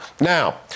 Now